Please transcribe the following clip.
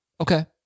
Okay